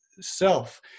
self